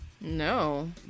No